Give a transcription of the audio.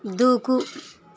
దూకు